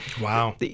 wow